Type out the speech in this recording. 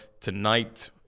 Tonight